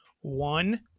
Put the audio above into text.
one